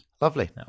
Lovely